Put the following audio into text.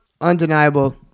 undeniable